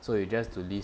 so you just to list